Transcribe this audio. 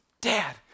dad